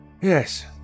Yes